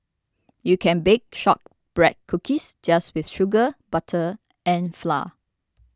you can bake Shortbread Cookies just with sugar butter and flour